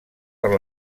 per